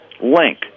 link